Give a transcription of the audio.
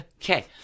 Okay